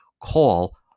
call